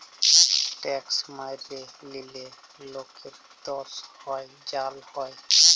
tax ম্যাইরে লিলে লকের দস হ্যয় জ্যাল হ্যয়